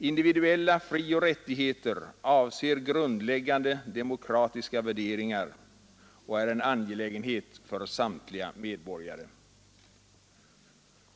Individuella frioch rättigheter avser grundläggande demokratiska värderingar och är en angelägenhet för samtliga medborgare.